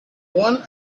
one